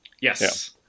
yes